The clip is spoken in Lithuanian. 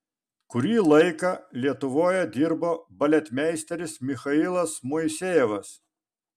kurį laiką lietuvoje dirbo baletmeisteris michailas moisejevas